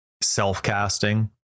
self-casting